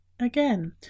again